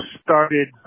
started